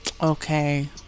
Okay